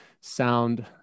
sound